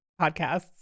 podcasts